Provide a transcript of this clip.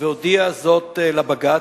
והודיע זאת לבג"ץ,